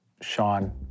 Sean